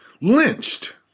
lynched